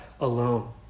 alone